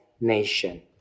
nation